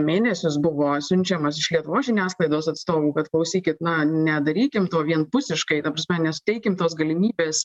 mėnesius buvo siunčiamas iš lietuvos žiniasklaidos atstovų kad klausykit na nedarykim to vienpusiškai ta prasme nesuteikiam tos galimybės